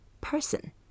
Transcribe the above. person